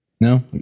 No